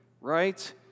right